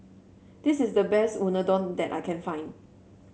this is the best Unadon that I can find